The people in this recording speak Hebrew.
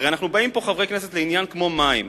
הרי אנחנו באים פה, חברי כנסת, לעניין כמו מים,